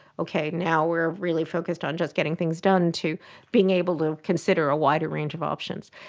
okay, now we are really focused on just getting things done to being able to consider a wider range of options.